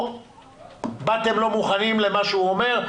או באתם לא מוכנים למה שהוא אומר?